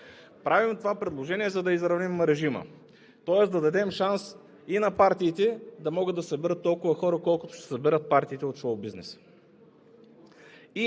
Правим това предложение, за да изравним режима, тоест да дадем шанс и на партиите да могат да съберат толкова хора, колкото ще съберат партиите от шоубизнеса.